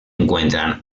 encuentran